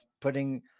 putting